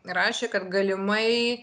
rašė kad galimai